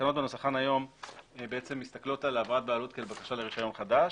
התקנות בנוסחן היום מסתכלות על העברת בעלות כעל בקשה לרישיון חדש.